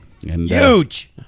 huge